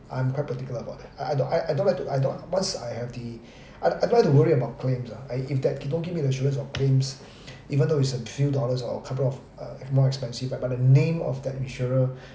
I'm quite particular about that I I don't I I don't like to I don't once I have the I don't I don't like to worry about claims lah like if that they don't give me the assurance of claims even though its a few dollars or a couple of uh more expensive right but the name of that insurer